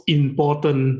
important